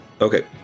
Okay